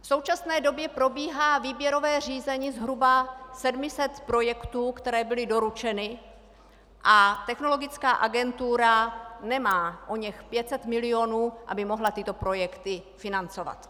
V současné době probíhá výběrové řízení zhruba 700 projektů, které byly doručeny, a technologická agentura nemá oněch 500 milionů, aby mohla tyto projekty financovat.